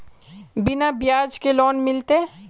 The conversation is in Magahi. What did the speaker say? बिना ब्याज के लोन मिलते?